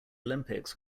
olympics